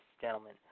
gentlemen